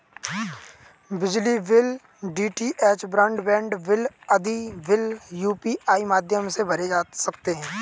बिजली bill, DTH broadband bill आदि bill UPI माध्यम से भरे जा सकते हैं